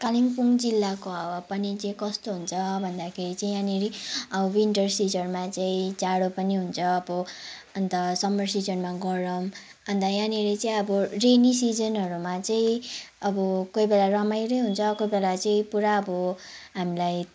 कालिम्पोङ जिल्लाको हावापानी चाहिँ कस्तो हुन्छ भन्दाखेरि चाहिँ यहाँनिर विन्टर सिजनमा चाहिँ जाडो पनि हुन्छ अब अन्त समर सिजनमा गरम अन्त यहाँनिर चाहिँ अब रेनी सिजनहरूमा चाहिँ अब कोही बेला रमाइलै हुन्छ कोही बेला चाहिँ पुरा अब हामीलाई